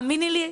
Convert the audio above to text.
האמיני לי,